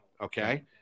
okay